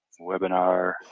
webinar